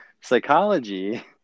psychology